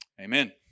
Amen